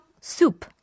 soup